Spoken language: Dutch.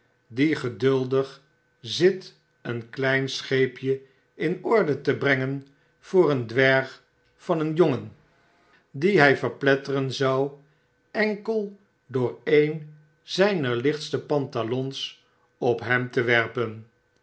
die geduldig zit een klein scheepje in orde te brengen voor een dwerg van een jongen dien hy verpletteren zou enkel door een zyner lichtste pantalons op hem te werpen